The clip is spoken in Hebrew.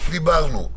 דיברנו.